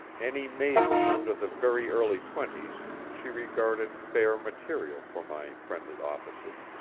any maiden under the very early twenties she regarded fair material for my friendly offices,